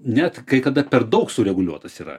net kai kada per daug sureguliuotas yra